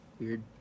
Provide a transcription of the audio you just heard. weird